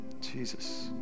Jesus